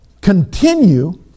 continue